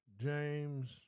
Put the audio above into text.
James